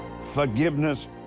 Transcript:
forgiveness